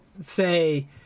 say